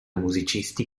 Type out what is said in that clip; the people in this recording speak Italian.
musicisti